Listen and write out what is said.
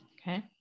Okay